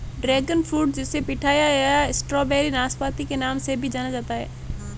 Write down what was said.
dragon fruit जिसे pitaya या strawberry नाशपाती के नाम से भी जाना जाता है